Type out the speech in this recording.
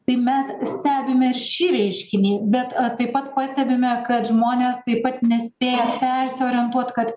tai mes stebime ir šį reiškinį bet taip pat pastebime kad žmonės taip pat nespėja persiorientuot kad